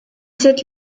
cette